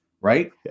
Right